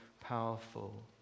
powerful